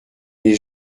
n’ai